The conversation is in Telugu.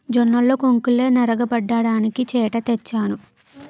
జొన్నల్లో కొంకుల్నె నగరబడ్డానికి చేట తెచ్చాను